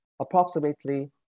approximately